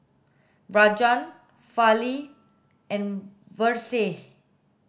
Rajan Fali and Verghese